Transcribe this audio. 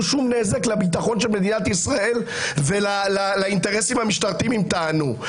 שום נזק לביטחון של מדינת ישראל ולאינטרס המשטרתיים אם תענו,